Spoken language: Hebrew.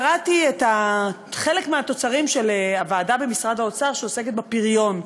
קראתי חלק מהתוצרים של הוועדה במשרד האוצר שעוסקת בפריון,